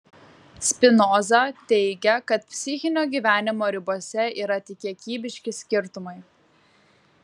spinoza teigia kad psichinio gyvenimo ribose yra tik kiekybiški skirtumai